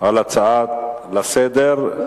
על ההצעה לסדר-היום.